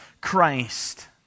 Christ